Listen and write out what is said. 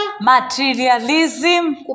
materialism